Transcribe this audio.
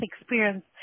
experience